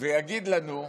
ויגיד לנו,